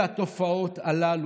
אלה התופעות הללו,